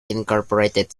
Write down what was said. incorporated